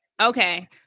Okay